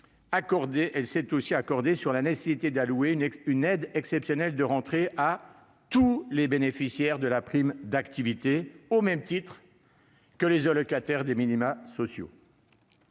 nous sommes accordés sur la nécessité d'allouer une aide exceptionnelle de rentrée à tous les bénéficiaires de la prime d'activité, au même titre que les allocataires des minima sociaux.